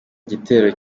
igitero